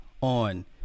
on